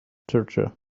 torture